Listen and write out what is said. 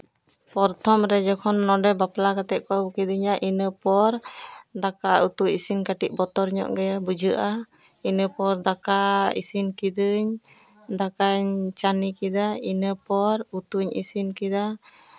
ᱯᱨᱚᱛᱷᱚᱢ ᱨᱮ ᱡᱚᱠᱷᱚᱱ ᱱᱚᱸᱰᱮ ᱵᱟᱯᱞᱟ ᱠᱟᱛᱮᱫ ᱠᱚ ᱟᱹᱜᱩ ᱠᱤᱫᱤᱧᱟ ᱤᱱᱟᱹᱯᱚᱨ ᱫᱟᱠᱟ ᱩᱛᱩ ᱤᱥᱤᱱ ᱠᱟᱹᱴᱤᱡ ᱵᱚᱛᱚᱨ ᱧᱚᱜ ᱜᱮ ᱵᱩᱡᱷᱟᱹᱜᱼᱟ ᱤᱱᱟᱹᱯᱚᱨ ᱫᱟᱠᱟ ᱤᱥᱤᱱ ᱠᱤᱫᱟᱹᱧ ᱫᱟᱠᱟᱧ ᱪᱷᱟᱱᱤ ᱠᱮᱫᱟ ᱤᱱᱟᱹᱯᱚᱨ ᱩᱛᱩᱧ ᱤᱥᱤᱱ ᱠᱮᱫᱟ